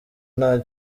nta